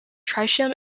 tritium